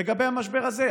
לגבי המשבר הזה.